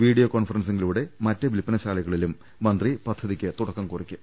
video കോൺഫറൻസിങ്ങിലൂടെ മറ്റു വിൽപനശാലകളിലും മന്ത്രി പദ്ധതിക്കു തുടക്കം കുറിക്കും